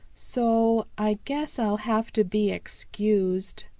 so i guess i'll have to be excused.